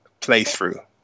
playthrough